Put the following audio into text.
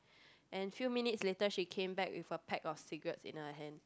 and few minutes later she came back with a pack of cigarettes in her hand